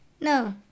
No